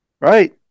Right